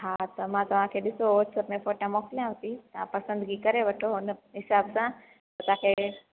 हा त मां तव्हांखे ॾिसो वाट्स अप में फोटा मोकलयांव ती तव्हां पसंद भी करे वठो हुन हिसाब सां त तव्हांखे